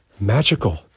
magical